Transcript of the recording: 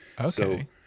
Okay